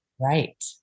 Right